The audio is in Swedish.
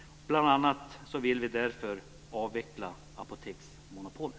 Därför vill vi bl.a. avveckla apoteksmonopolet.